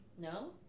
No